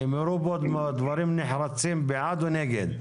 נאמרו פה דברים נחרצים בעד ונגד,